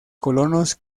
colonos